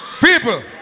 people